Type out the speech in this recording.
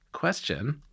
question